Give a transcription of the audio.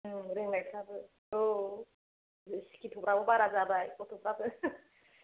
ओं रोंनायफ्राबो औ सिकिथ'फ्राबो बारा जाबाय गथ'फ्राबो